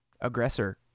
aggressor